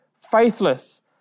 faithless